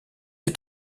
est